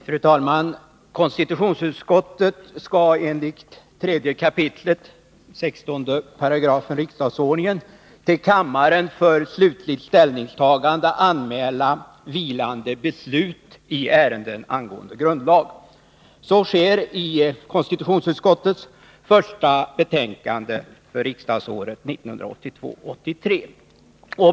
Fru talman! Konstitutionsutskottet skall enligt 3 kap. 16 § riksdagsordningen till kammaren för slutligt ställningstagande anmäla vilande beslut i ärende angående grundlag. Så sker i konstitutionsutskottets första betänkande för riksdagsåret 1982/83.